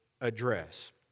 address